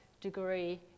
degree